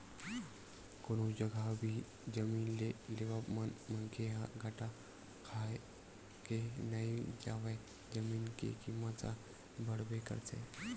कोनो जघा भी जमीन के लेवब म मनखे ह घाटा खाके नइ जावय जमीन के कीमत ह बड़बे करथे